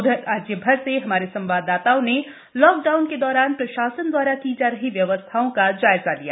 उधर राज्य भर से हमारे संवाददाताओं ने लाक डाउन के दौरान प्रशासन द्वारा की जा रही व्यवस्थाओं का जायजा लिया